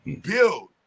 build